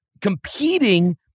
competing –